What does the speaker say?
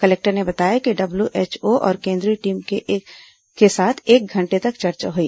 collector ने बताया कि डब्ल्यूएचओ और केंद्रीय टीम के साथ एक घंटे तक चर्चा हुई